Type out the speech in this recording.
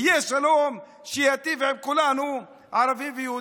יהיה שלום שייטיב עם כולנו, ערבים ויהודים.